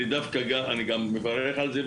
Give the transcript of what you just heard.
אני מברך על זה,